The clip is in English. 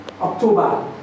October